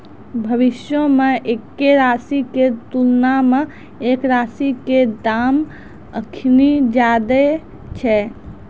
भविष्यो मे एक्के राशि के तुलना मे एक राशि के दाम अखनि ज्यादे छै